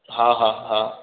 हा हा हा